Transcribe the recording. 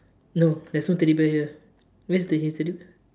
no there is no teddy bear here where's the his teddy bear